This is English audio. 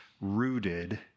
rooted